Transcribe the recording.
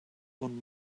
and